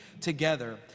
together